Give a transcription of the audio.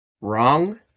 wrong